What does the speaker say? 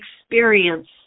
experience